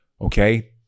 okay